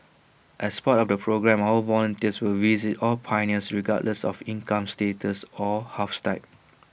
and as part of the programme our volunteers will visit all pioneers regardless of income status or house type